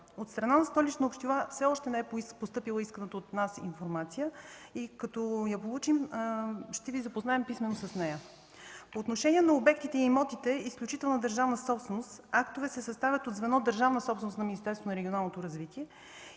От страна на Столичната община все още не е постъпила исканата от нас информация. Като я получим, ще Ви запознаем писмено с нея. По отношение на обектите и имотите – изключителна държавна собственост, актове се съставят от звено „Държавна собственост“ на Министерството на регионалното развитие